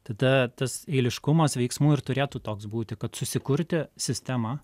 tada tas eiliškumas veiksmų ir turėtų toks būti kad susikurti sistemą